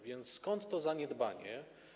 Więc skąd to zaniedbanie?